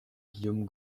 guillaume